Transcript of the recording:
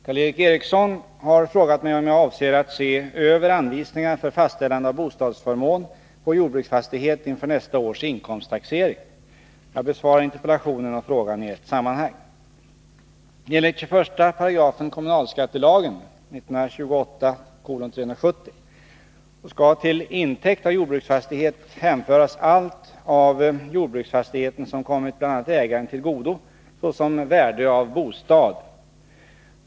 Karl Erik Eriksson har frågat mig om jag avser att se över anvisningarna för fastställande av bostadsförmån på jordbruksfastighet inför nästa års inkomsttaxering. Jag besvarar interpellationen och frågan i ett sammanhang. Enligt 21 § kommunalskattelagen skall till intäkt av jordbruksfastighet hänföras allt av jordbruksfastigheten som kommit bl.a. ägaren till godo såsom värde av bostad.